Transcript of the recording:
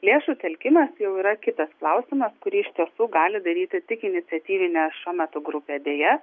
lėšų telkimas jau yra kitas klausimas kurį iš tiesų gali daryti tik iniciatyvinė šiuo metu grupė deja